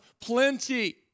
plenty